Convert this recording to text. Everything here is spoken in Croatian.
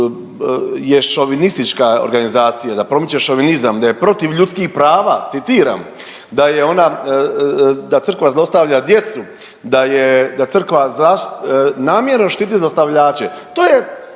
je šovinistička organizacija da promiče šovinizam, da je „protiv ljudskih prava“ citiram, da je ona Crkva zlostavlja djecu, da je da Crkva namjerno štiti zlostavljače,